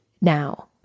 now